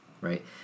right